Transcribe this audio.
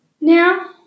Now